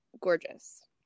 gorgeous